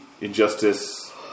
Injustice